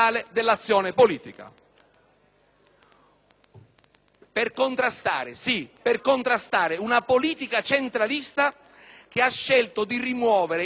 per contrastare - una politica centralista che ha scelto di rimuovere il tema del Mezzogiorno e del suo ritardo di sviluppo